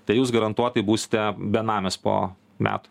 tai jūs garantuotai būste benamis po metų